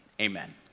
amen